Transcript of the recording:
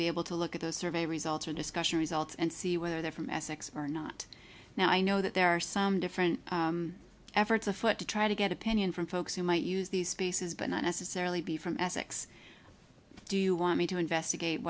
be able to look at the survey results or discussion results and see where they're from essex or not now i know that there are some different efforts afoot to try to get opinion from folks who might use these spaces but not necessarily be from essex do you want me to investigate